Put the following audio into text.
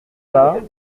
pas